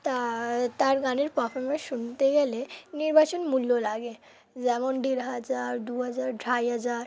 তা তার গানের পারফর্মেন্স শুনতে গেলে নির্বাচন মূল্য লাগে যেমন দেড় হাজার দু হাজার আড়াই হাজার